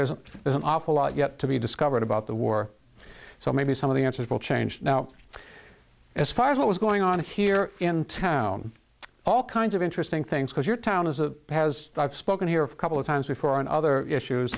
there's an awful lot yet to be discovered about the war so maybe some of the answers will change now as far as what was going on here in town all kinds of interesting things because your town is a has spoken here of couple of times before and other issues